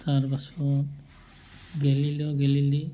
তাৰপাছত Galileo Galilee